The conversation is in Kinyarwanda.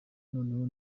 noneho